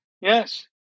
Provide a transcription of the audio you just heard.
Yes